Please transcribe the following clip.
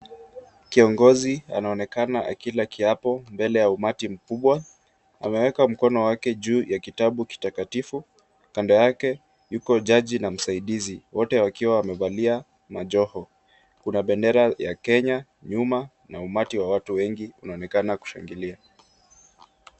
Kiongozi anaoenakana akila kiapo mbele ya umati mkubwa. Ameweka mkono wake juu ya kitabu kitakatifu. Kando yake yuko jaji na msaidizi wote wakiwa wamevalia majoho. Kuna bendera ya Kenya nyuma na umati wa watu wengi unaonekana kushangilia.